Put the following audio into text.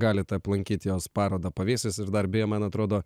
galit aplankyt jos parodą pavėsis ir dar beje man atrodo